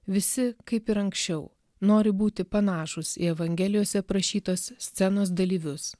visi kaip ir anksčiau nori būti panašūs į evangelijose aprašytos scenos dalyvius